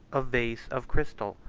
a vase of crystal,